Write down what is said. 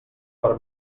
per